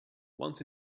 once